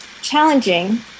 challenging